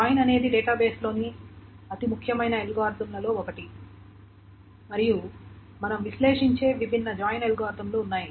join అనేది డేటాబేస్లోని అతి ముఖ్యమైన అల్గోరిథంలలో ఒకటి మరియు మనం విశ్లేషించే విభిన్న జాయిన్ అల్గోరిథంలు ఉన్నాయి